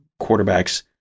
quarterbacks